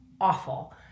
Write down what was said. awful